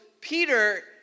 Peter